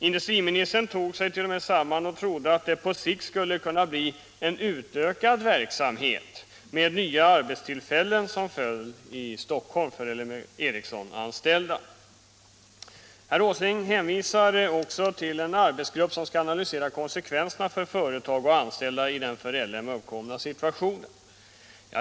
Industriministern tog sig t.o.m. samman och trodde att det på sikt skulle bli en utökad verksamhet med nya arbetstillfällen som följd i Stockholm för L M Ericsson-anställda. Herr Åsling hänvisar också till en arbetsgrupp som skall analysera konsekvenserna för företag och anställda i den för LM uppkomna situationen.